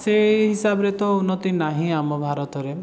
ସେଇ ହିସାବରେ ତ ଉନ୍ନତି ନାହିଁ ଆମ ଭାରତରେ